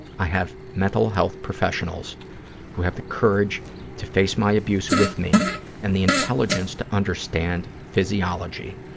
i have mental health professionals who have the courage to face my abuse with me and the intelligence to understand physiology,